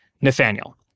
Nathaniel